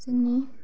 जोंनि